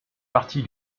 partie